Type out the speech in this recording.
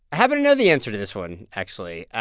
i happen to know the answer to this one, actually.